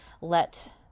let